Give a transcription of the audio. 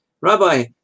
Rabbi